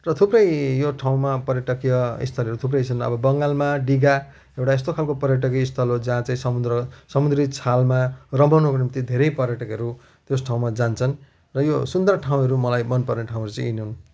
र थुप्रै यो ठाउँमा पर्यटकीय है स्थलहरू थुप्रै छन् अब बङ्गालमा डिघा एउटा यस्तो खाले पर्यटकीय स्थल हो जहाँ चाहिँ समुद्र समुद्री छालमा रमाउनको निम्ति धेरै पर्यटकहरू त्यस ठाउँमा जान्छन् र यो सुन्दर ठाउँहरू मलाई मन पर्ने ठाउँहरू चाहिँ यी नै हुन्